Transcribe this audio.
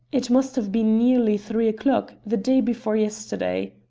it must have been nearly three o'clock, the day before yesterday,